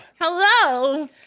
Hello